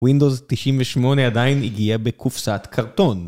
ווינדוס 98' עדיין הגיע בקופסת קרטון